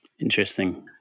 Interesting